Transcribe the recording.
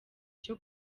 cyo